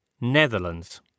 Netherlands